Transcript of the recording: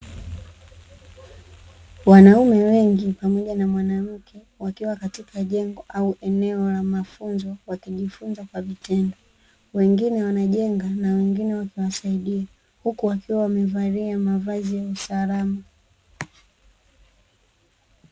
Wanaume wengi pamoja na mwanamke wakiwa katika jengo au eneo la mafunzo kwa kujifunza kwa vitendo. Wengine wanajenga na wengine wakiwasaidia, huku wakiwa wamevalia mavazi ya usalama.